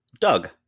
Doug